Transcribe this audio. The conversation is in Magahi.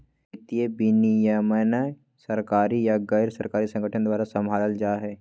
वित्तीय विनियमन सरकारी या गैर सरकारी संगठन द्वारा सम्भालल जा हय